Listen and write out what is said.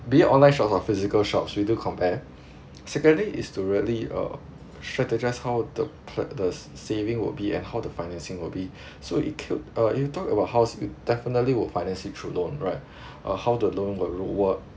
be it online shops or physical shops we do compare secondly is to really uh strategies how the place the saving would be and how the financing will be so it kill uh if you talk about house you definitely would finance it through loan right uh how the loan will lower